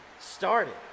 started